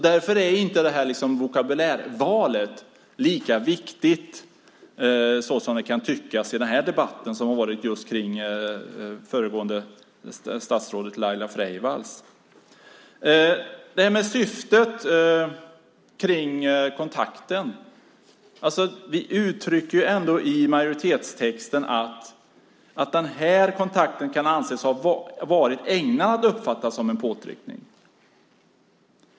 Därför är valet av vokabulär inte så viktigt som det kan tyckas i den debatt som varit om just det föregående statsrådet Laila Freivalds. När det gäller syftet med kontakten i fråga uttrycker vi i majoritetstexten att den här kontakten kan ha varit ägnad att uppfattas som en påtryckning.